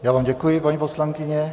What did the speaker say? Já vám děkuji, paní poslankyně.